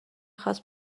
خواست